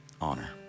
honor